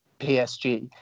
PSG